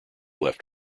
left